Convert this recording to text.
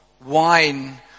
wine